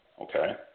okay